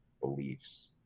beliefs